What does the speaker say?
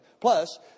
Plus